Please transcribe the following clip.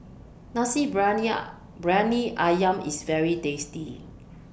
Nasi Briyani Ayam IS very tasty